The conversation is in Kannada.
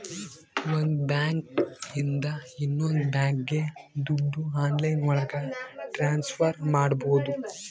ಒಂದ್ ಬ್ಯಾಂಕ್ ಇಂದ ಇನ್ನೊಂದ್ ಬ್ಯಾಂಕ್ಗೆ ದುಡ್ಡು ಆನ್ಲೈನ್ ಒಳಗ ಟ್ರಾನ್ಸ್ಫರ್ ಮಾಡ್ಬೋದು